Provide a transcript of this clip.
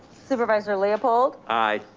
supervisor leopold. aye.